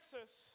answers